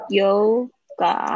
yoga